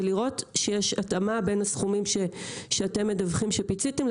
ולראות שיש התאמה בין הסכומים שאתם מדווחים שפיציתם,